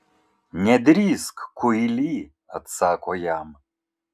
nedrįsk kuily atsako jam